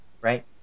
right